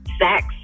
sex